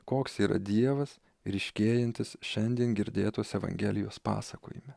koks yra dievas ryškėjantis šiandien girdėtos evangelijos pasakojime